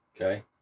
Okay